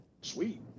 sweet